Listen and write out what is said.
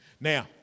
Now